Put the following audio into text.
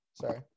Sorry